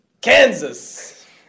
Kansas